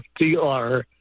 fdr